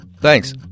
Thanks